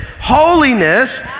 holiness